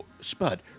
Spud